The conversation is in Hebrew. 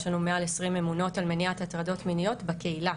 יש לנו מעל 20 ממונות על מניעת הטרדות מיניות בקהילה,